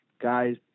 guys